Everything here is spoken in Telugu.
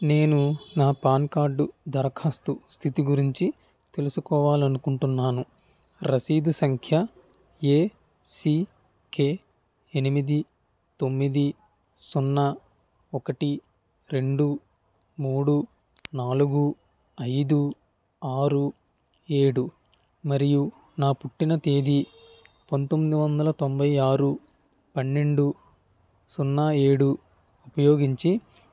నేను నా పాన్ కార్డు దరఖాస్తు స్థితి గురించి తెలుసుకోవాలనుకుంటున్నాను రసీదు సంఖ్య ఎసికె ఎనిమిది తొమ్మిది సున్నా ఒకటి రెండు మూడు నాలుగు ఐదు ఆరు ఏడు మరియు నా పుట్టిన తేదీ పంతొమ్మిది వందల తొంభై ఆరు పన్నెండు సున్నా ఏడు ఉపయోగించి